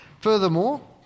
Furthermore